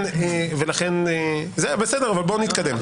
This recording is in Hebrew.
ולכן, זהו בסדר אבל בוא נתקדם.